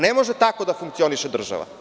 Ne može tako da funkcioniše država.